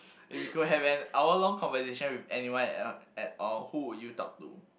if you could have an hour long conversation with anyone at at all who would you talk to